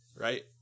right